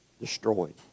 destroyed